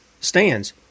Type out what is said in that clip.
stands